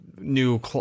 new